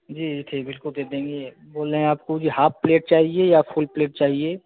जी जी ठीक बिल्कुल दे देंगे बोल रहें आपको भी हाफ़ प्लेट चाहिए या फ़ुल प्लेट चाहिए